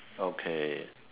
okay